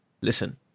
listen